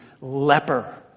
leper